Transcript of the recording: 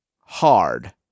hard